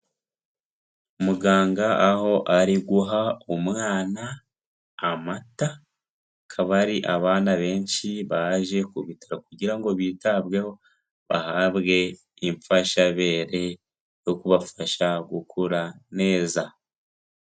Muganga aho ari guha umwana amata, akaba ari abana benshi baje ku bitaro ,kugira ngo bitabweho bahabwe imfashabere yo kubafasha gukura neza.